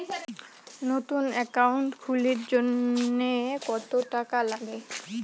নতুন একাউন্ট খুলির জন্যে কত টাকা নাগে?